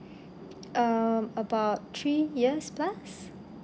um about three years plus